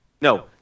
No